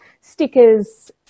stickers